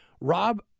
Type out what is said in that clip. Rob